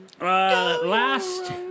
last